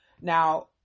Now